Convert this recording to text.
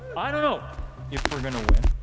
i don't know if we're going to win,